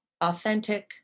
authentic